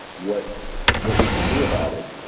what what he can do about it?